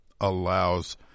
allows